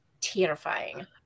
terrifying